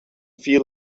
feel